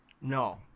No